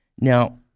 Now